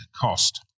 cost